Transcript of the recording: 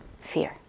fear